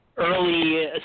early